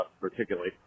particularly